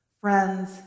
friends